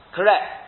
Correct